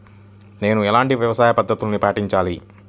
నేను ఎలాంటి వ్యవసాయ పద్ధతిని పాటించాలి?